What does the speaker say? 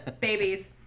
Babies